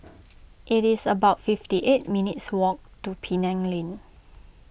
it is about fifty eight minutes' walk to Penang Lane